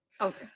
Okay